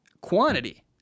quantity